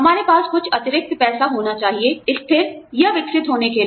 हमारे पास कुछ अतिरिक्त पैसा होना चाहिए स्थिर या विकसित होने के लिए